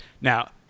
Now